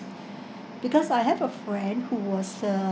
because I have a friend who was uh